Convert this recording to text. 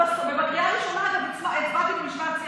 בקריאה הראשונה הצבעתי במשמעת סיעתית,